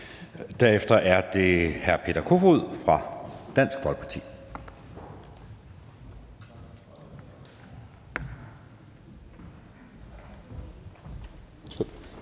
Derefter er det hr. Peter Kofod fra Dansk Folkeparti.